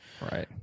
Right